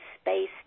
space